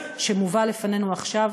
שמובא לפנינו עכשיו,